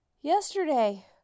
yesterday